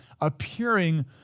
appearing